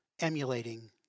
emulating